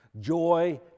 Joy